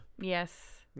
Yes